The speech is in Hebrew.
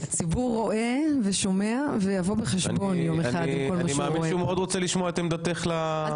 הציבור רואה ושומע ויום אחד יבוא בחשבון עם כל מה שהוא רואה.